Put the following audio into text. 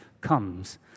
comes